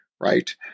Right